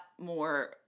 more